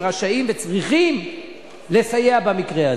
רשאים וצריכים לסייע במקרה הזה.